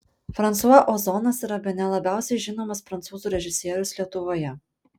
fransua ozonas yra bene labiausiai žinomas prancūzų režisierius lietuvoje